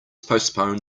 postpone